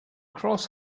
cross